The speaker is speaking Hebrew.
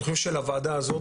אני חושב שלוועדה הזאת